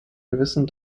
gewissen